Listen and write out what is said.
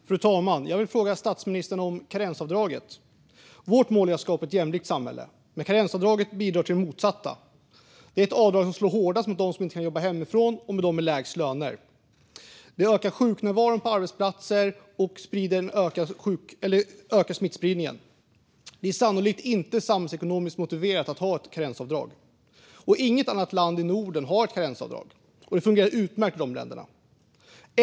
Fru talman! Jag vill fråga statsministern om karensavdraget. Vårt mål är att skapa ett jämlikt samhälle, men karensavdraget bidrar till det motsatta. Det är ett avdrag som slår hårdast mot dem som inte kan jobba hemifrån och mot dem med lägst löner. Det ökar sjuknärvaron och smittspridningen på arbetsplatser. Det är sannolikt inte samhällsekonomiskt motiverat att ha ett karensavdrag. Inget annat land i Norden har karensavdrag, och det fungerar utmärkt i de länderna.